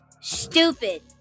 Stupid